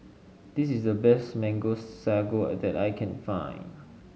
this is the best Mango Sago that I can find